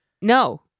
no